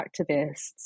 activists